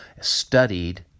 studied